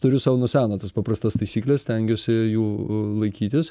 turiu sau nuo seno tas paprastas taisykles stengiuosi jų laikytis